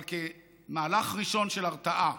אבל כמהלך ראשון של הרתעה,